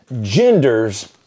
genders